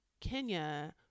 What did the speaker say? Kenya